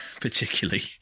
particularly